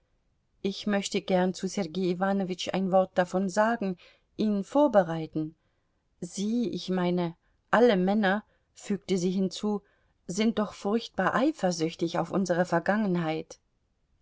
ich möchte gern zu sergei iwanowitsch ein wort davon sagen ihn vorbereiten sie ich meine alle männer fügte sie hinzu sind doch furchtbar eifersüchtig auf unsere vergangenheit